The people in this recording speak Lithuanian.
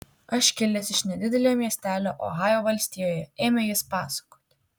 aš kilęs iš nedidelio miestelio ohajo valstijoje ėmė jis pasakoti